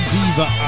Diva